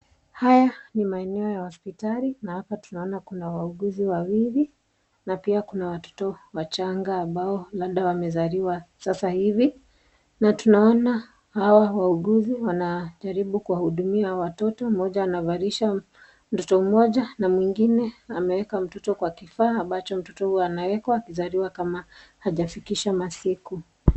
Haya ni maeneo ya hosipitali na hapa tunaona kuna wauguzi wawili na pia kuna watoto wachanga ambao labda wamezaliwa sasa hivi na tunaona hawa wauguzi wanajaribu kuwahudumia hawa watoto mmoja anavalisha mtoto mmoja na mwingine ameweka mtoto kwa kifaa ambacho mtoto huwa anawekwa akizaliwa kama hajafikisha masiku.